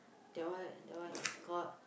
that one and that one is called